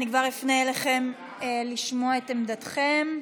כבר אפנה אליכם לשמוע את עמדתכם.